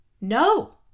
No